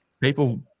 People